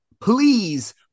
please